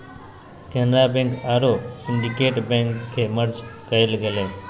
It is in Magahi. केनरा बैंक आरो सिंडिकेट बैंक के मर्ज कइल गेलय